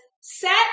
set